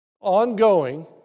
ongoing